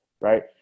right